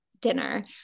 dinner